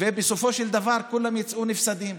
ובסופו של דבר כולם יצאו נפסדים.